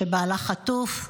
שבעלה חטוף.